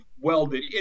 Welded